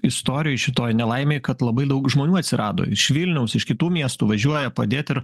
istorijoj šitoj nelaimėj kad labai daug žmonių atsirado iš vilniaus iš kitų miestų važiuoja padėti ir